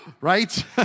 right